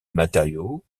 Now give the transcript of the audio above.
matériau